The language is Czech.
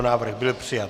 Návrh byl přijat.